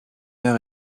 heure